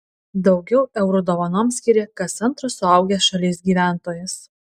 daugiau eurų dovanoms skyrė kas antras suaugęs šalies gyventojas